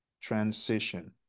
transition